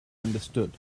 understood